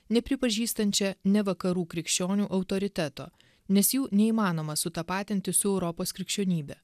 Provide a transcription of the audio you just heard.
nepripažįstančią ne vakarų krikščionių autoriteto nes jų neįmanoma sutapatinti su europos krikščionybe